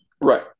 Right